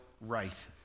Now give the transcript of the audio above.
right